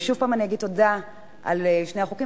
שוב אני אגיד תודה על שני החוקים.